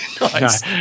nice